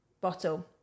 bottle